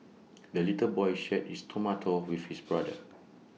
the little boy shared his tomato with his brother